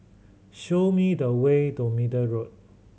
show me the way to Middle Road